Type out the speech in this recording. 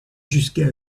jusqu’à